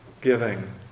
giving